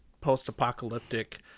post-apocalyptic